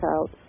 out